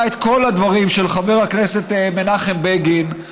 את כל הדברים של חבר הכנסת מנחם בגין,